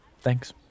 Thanks